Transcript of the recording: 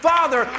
Father